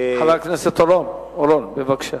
חבר הכנסת אורון, בבקשה.